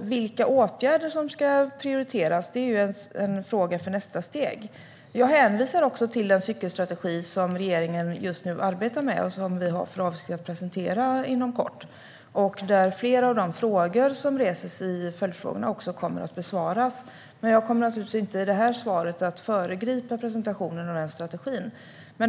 Vilka åtgärder som ska prioriteras är en fråga för nästa steg. Jag hänvisade till den cykelstrategi som regeringen just nu arbetar med och som vi har för avsikt att presentera inom kort. Där kommer flera av följdfrågorna att besvaras. Jag kommer naturligtvis inte att föregripa presentationen av den strategin i den här interpellationsdebatten.